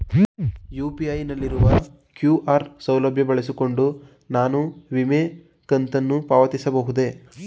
UPI ನಲ್ಲಿರುವ QR ಸೌಲಭ್ಯ ಬಳಸಿಕೊಂಡು ನಾನು ವಿಮೆ ಕಂತನ್ನು ಪಾವತಿಸಬಹುದೇ?